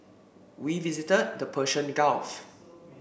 we visited the Persian Gulf